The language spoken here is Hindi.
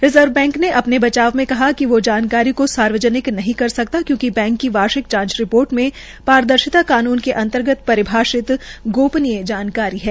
रिज़र्व बैंक ने अपने बचाव में कहा कि वो जानकारी को सार्वजनिक नहीं कर सकता क्योंकि बैंक की वार्षिक जांच रिपोर्ट में पारदर्शिता कानून के अंतर्गत परिभषित गोपनीय जानकारी है